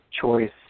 choice